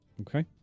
Okay